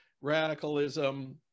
radicalism